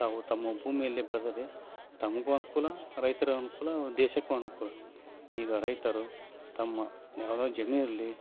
ತಾವು ತಮ್ಮ ಭೂಮಿಯಲ್ಲಿ ಬೆಳೆದರೆ ತಮಗೂ ಅನುಕೂಲ ರೈತರಿಗೂ ಅನುಕೂಲ ದೇಶಕ್ಕೂ ಅನುಕೂಲ ಈಗ ರೈತರು ತಮ್ಮ ಯಾವುದೇ ಜಮೀನಿರಲಿ